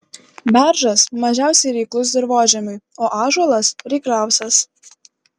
beržas mažiausiai reiklus dirvožemiui o ąžuolas reikliausias